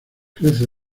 crece